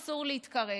אסור להתקרב.